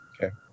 Okay